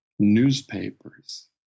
newspapers